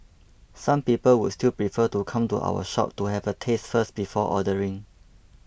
some people would still prefer to come to our shop to have a taste first before ordering